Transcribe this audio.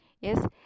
Yes